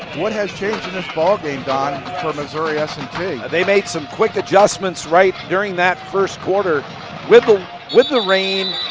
what has changed in this ballgame, donn for missouri s and t? they made some quick adjustments right during that first quarter with the with the rain,